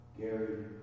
Gary